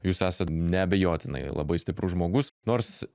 jūs esat neabejotinai labai stiprus žmogus nors